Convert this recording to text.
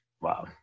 wow